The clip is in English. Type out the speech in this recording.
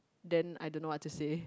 then I don't know what to say